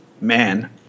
Man